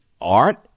Art